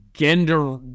Gender